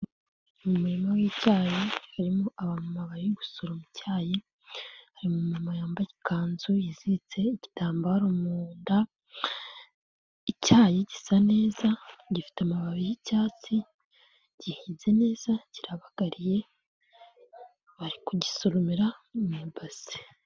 Mu murima w'icyayi harimo abamama bari gusoroma icyayi, hari umumama yambaye ikanzu yiziritse igitambaro mu nda, icyayi gisa neza gifite amababi y'icyatsi, gihinze neza kirabagariye, bari kugisomera mu ibase.